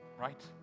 right